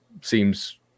seems